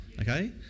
okay